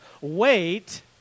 wait